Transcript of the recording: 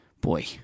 boy